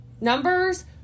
Numbers